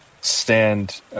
stand